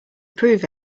prove